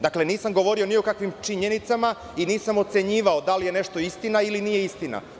Dakle, nisam govorio ni o kakvim činjenicama i nisam ocenjivao da li je nešto istina ili nije istina.